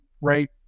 right